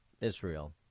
Israel